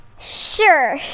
Sure